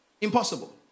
Impossible